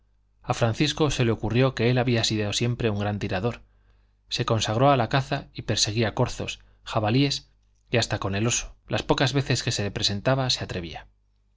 a francisco se le ocurrió que él había sido siempre un gran tirador se consagró a la caza y perseguía corzos jabalíes y hasta con el oso las pocas veces que se le presentaba se atrevía